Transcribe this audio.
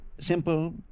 simple